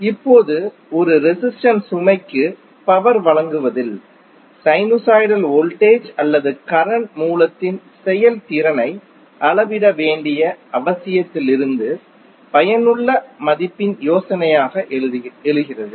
இப்போது ஒரு ரெசிஸ்டென்ஸ் சுமைக்கு பவர் வழங்குவதில் சைனுசாய்டல் வோல்டேஜ் அல்லது கரண்ட் மூலத்தின் செயல்திறனை அளவிட வேண்டிய அவசியத்திலிருந்து பயனுள்ள மதிப்பின் யோசனையாக எழுகிறது